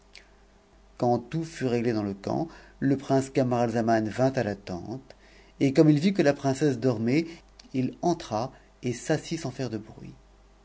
quand tout fut réglé dans le camp le prince camaralzaman vint à la tente et comme il vit que la princesse dormait il entra et s'assit sans faire de bruit